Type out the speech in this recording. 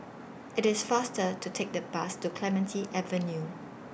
IT IS faster to Take The Bus to Clementi Avenue